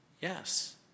Yes